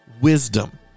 wisdom